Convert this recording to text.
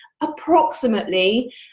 approximately